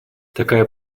такая